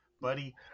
buddy